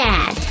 Dad